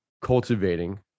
cultivating